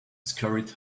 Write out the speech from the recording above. scurried